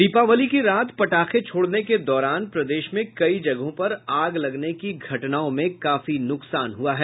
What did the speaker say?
दीपावली की रात पटाखे छोड़ने के दौरान प्रदेश में कई जगहों पर आग लगने की घटनाओं में काफी नुकसान हुआ है